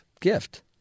gift